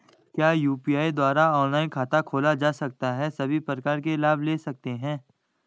क्या यु.पी.आई द्वारा ऑनलाइन खाता खोला जा सकता है सभी प्रकार के लाभ ले सकते हैं?